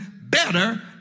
better